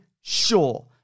sure